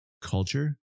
culture